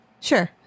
Sure